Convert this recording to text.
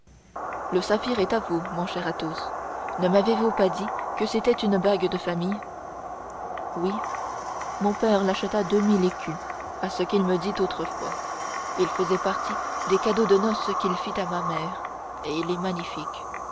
le saphir est à vous mon cher athos ne m'avez-vous pas dit que c'était une bague de famille oui mon père l'acheta deux mille écus à ce qu'il me dit autrefois il faisait partie des cadeaux de noces qu'il fit à ma mère et il est magnifique